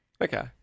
Okay